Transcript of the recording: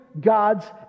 God's